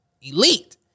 elite